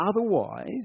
otherwise